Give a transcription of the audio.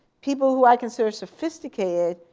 people who i consider sophisticated,